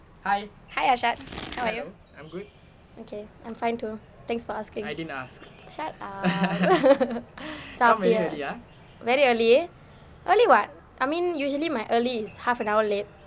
hi ashart how are you okay I'm fine too thanks for asking shut up very early early what I mean usually my early is half an hour late